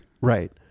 Right